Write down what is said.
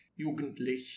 jugendlich